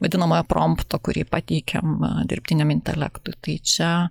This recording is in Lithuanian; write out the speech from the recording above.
vadinamojo prompto kurį pateikiam dirbtiniam intelektui tai čia